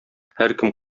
һәркем